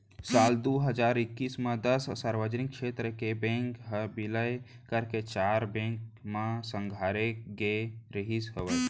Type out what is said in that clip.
साल दू हजार एक्कीस म दस सार्वजनिक छेत्र के बेंक ह बिलय करके चार बेंक म संघारे गे रिहिस हवय